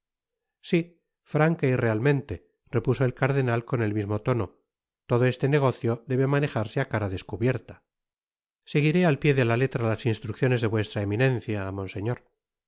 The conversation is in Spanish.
si franca y lealmente repuso el cardenal con el mismo tono todo este negocio debe manejarse á cara descubierta seguiré al pié de la letra las instrucciones de vuestra eminencia monseñor